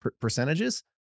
percentages